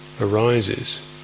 arises